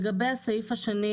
לגבי הסעיף השני,